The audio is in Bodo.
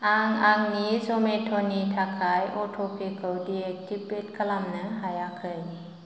आं आंनि जमेट' नि थाखाय अट'पे खौ दिएक्टिभेट खालामनो हायाखै